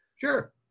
Sure